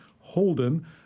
Holden